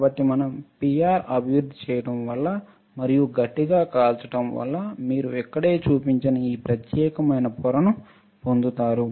కాబట్టి మనం PR అభివృద్ధి చేయడం వల్ల మరియు గట్టిగా కాల్చడం వల్ల మీరు ఇక్కడే చూపించిన ఈ ప్రత్యేకమైన పొరను పొందుతారు